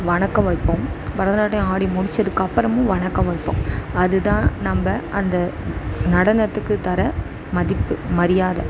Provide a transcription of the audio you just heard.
வணக்கம் வைப்போம் பரதநாட்டியம் ஆடி முடிச்சதுக்கு அப்புறமும் வணக்கம் வைப்போம் அதுதான் நம்ம அந்த நடனத்துக்கு தர்ற மதிப்பு மரியாதை